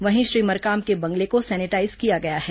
वहीं श्री मरकाम के बंगले को सैनिटाईज किया गया है